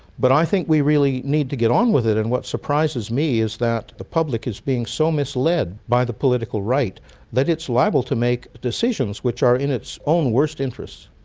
but i think we really need to get on with it, and what surprises me is that the public is being so misled by the political right that it's liable to make decisions which are in its own worst interests.